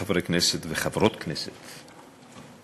חברי כנסת וחברות כנסת נכבדים,